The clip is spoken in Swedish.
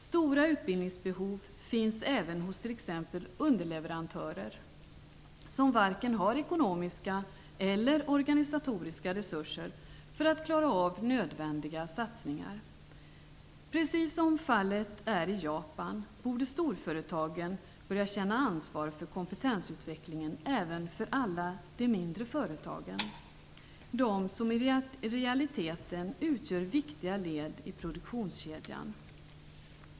Stora utbildningsbehov finns även hos t.ex. underleverantörer, som varken har ekonomiska eller organisatoriska resurser för att klara av nödvändiga satsningar. Precis som fallet är i Japan borde storföretagen börja känna ansvar för kompetensutvecklingen även för alla de mindre företagen, de som i realiteten utgör viktiga led i produktionskedjan.